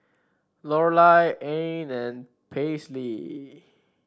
Lorelai Ann and Paisley